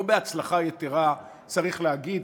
לא בהצלחה יתרה, צריך להגיד.